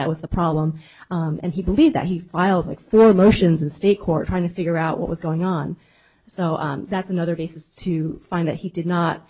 that was the problem and he believed that he filed for motions in state court trying to figure out what was going on so that's another basis to find that he did not